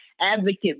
advocate